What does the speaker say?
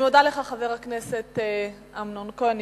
אני מודה לך, חבר הכנסת אמנון כהן.